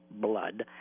blood